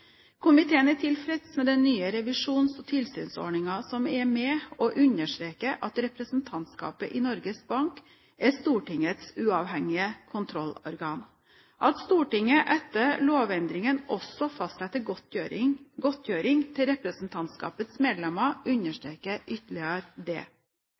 Komiteen er tilfreds med den nye revisjons- og tilsynsordningen som er med og understreker at representantskapet i Norges Bank er Stortingets uavhengige kontrollorgan. At Stortinget etter lovendringen også fastsetter godtgjøring til representantskapets medlemmer, understreker ytterligere det.